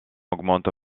augmente